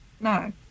no